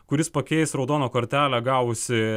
kuris pakeis raudoną kortelę gavusį